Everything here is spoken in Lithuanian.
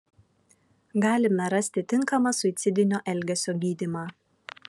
galime rasti tinkamą suicidinio elgesio gydymą